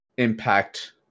impact